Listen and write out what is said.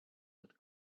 had